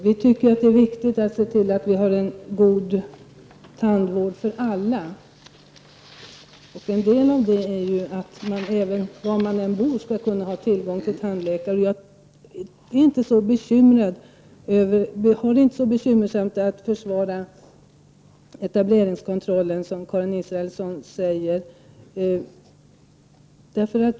Vi tycker att det är viktigt att se till att det finns en god tandvård för alla, och en del i det är ju att man var man än bor skall ha tillgång till tandläkare. Jag har det inte så bekymmersamt att försvara etableringskontrollen som Karin Israelsson säger.